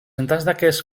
representants